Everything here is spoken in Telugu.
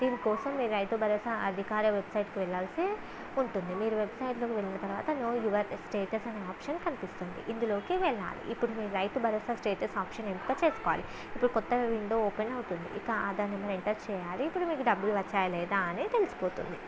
దీనికోసం రైతు భరోసా అధికార వెబ్సైట్స్కి వెళ్ళాల్సి ఉంటుంది మీరు వెబ్సైట్లోకి వెళ్ళిన తర్వాత నో యుఅర్ స్టేటస్ అనే ఆప్షన్ కనిపిస్తుంది ఇందులోకి వెళ్ళాలి ఇప్పుడు మీరు రైతు భరోసా స్టేటస్ ఆప్షన్ ఎంపిక చేసుకోవాలి ఇప్పుడు కొత్తగా విండో ఓపెన్ అవుతుంది ఇక ఆధార్ నెంబర్ ఎంటర్ చేయాలి ఇప్పుడు మీకు డబ్బులు వచ్చాయా లేదా అనేది తెలిసిపోతుంది